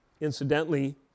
Incidentally